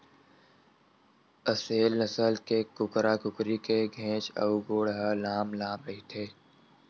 असेल नसल के कुकरा कुकरी के घेंच अउ गोड़ ह लांम लांम रहिथे